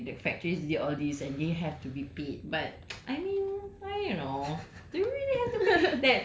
ya lah I get that like the factories did all these and they have to be paid but I mean I don't know